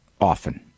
often